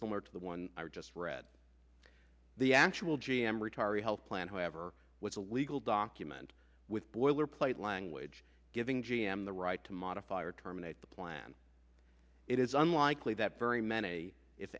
similar to the one i just read the actual g m retiree health plan who have was a legal document with boilerplate language giving g m the right to modify or terminate the plan it is unlikely that very many if